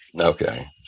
Okay